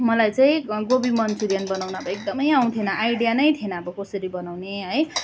मलाई चाहिँ गोभी मन्चुरियन बनाउन अब एकदमै आउँथेन आइडिया नै थिएन अब कसरी बनाउने है